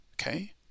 Okay